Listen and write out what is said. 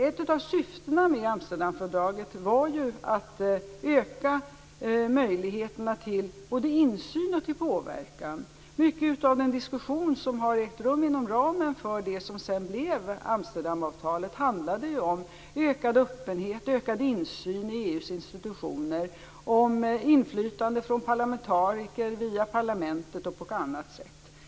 Ett av syftena med Amsterdamfördraget var ju att öka möjligheterna till både insyn och påverkan. Mycket av den diskussion som har ägt rum inom ramen för det som sedan blev Amsterdamavtalet handlade om ökad öppenhet, ökad insyn i EU:s institutioner och om inflytande från parlamentariker via parlamentet och på annat sätt.